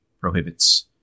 prohibits